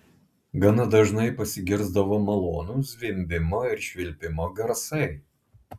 gana dažnai pasigirsdavo malonūs zvimbimo ir švilpimo garsai